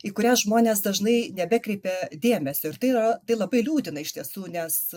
į kurias žmonės dažnai nebekreipia dėmesio ir tai yra tai labai liūdina iš tiesų nes